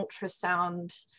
ultrasound